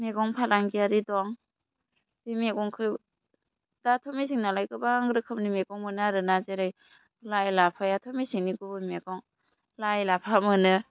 मेगं फालांगियारि दं बे मेगंखौ दाथ' मेसें नालाय गोबां रोखोमनि मेगं मोनो आरो ना जेरै लाइ लाफाआथ' मेसेंनि गुबै मैगं लाइ लाफा मोनो